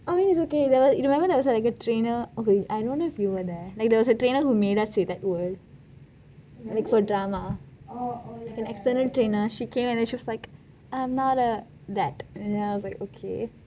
I mean is okay there you remember there was like a trainer okay I don't know if you were there like there was a trainer who made us say that word for drama external trainer she came and then she was like I am not a that and I was like okay